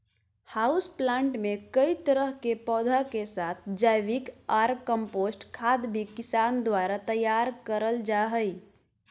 house plant मे कई तरह के पौधा के साथ जैविक ऑर कम्पोस्ट खाद भी किसान द्वारा तैयार करल जा हई